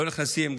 לא נכנסים,